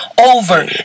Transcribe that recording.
over